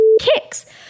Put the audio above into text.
kicks